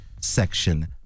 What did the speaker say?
Section